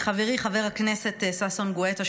לחברי חבר הכנסת ששון גואטה,